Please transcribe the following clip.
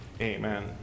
Amen